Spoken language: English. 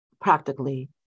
practically